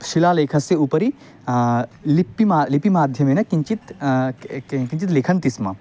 शिलालेखस्य उपरि लिपि मा लिपिमाध्यमेन किञ्चित् कि किञ्चित् लिखन्ति स्म